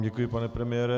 Děkuji vám, pane premiére.